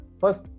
First